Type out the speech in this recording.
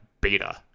beta